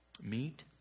meet